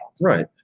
Right